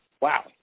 wow